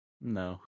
No